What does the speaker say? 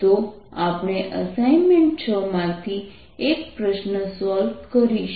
તો આપણે એસાઇનમેન્ટ 6 માંથી એક પ્રશ્ન સોલ્વ કરીશું